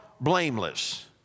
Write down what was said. blameless